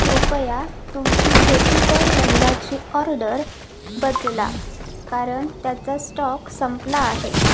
कृपया तुमची व्हेजिटल रंगाची ऑर्डर बदला कारण त्याचा स्टॉक संपला आहे